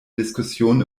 diskussion